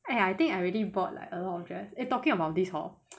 !aiya! I think I already bought like a lot of dress eh talking about this hor